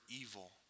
evil